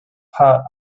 pot